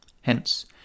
Hence